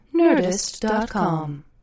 Nerdist.com